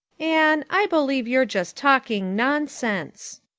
anne, i believe you're just talking nonsense.